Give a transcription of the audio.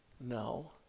No